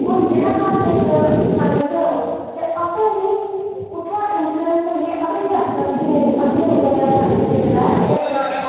हून जेह्ड़ा घर बिच फर्नीचर होग असें बी उत्थुआं इनफ्लुएंस होइयै असें बी आखना नेईं असें बी इयै नेहां फर्नीचर जेह्ड़ा ऐ ओह् बनाना ऐ